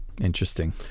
interesting